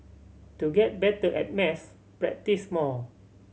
to get better at maths practise more